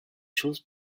choses